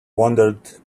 wondered